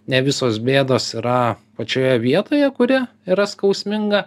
ne visos bėdos yra pačioje vietoje kuri yra skausminga